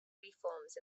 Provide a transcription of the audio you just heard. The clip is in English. reforms